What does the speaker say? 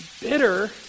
bitter